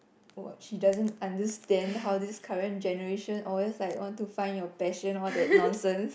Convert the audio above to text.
oh she doesn't understand how this current generation always like want to find your passion all that nonsense